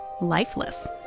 lifeless